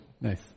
Nice